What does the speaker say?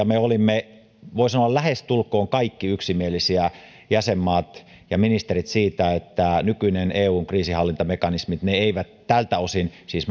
me olimme voisi sanoa lähestulkoon kaikki yksimielisiä jäsenmaat ja ministerit siitä että nykyiset eun kriisinhallintamekanismit tältä osin siis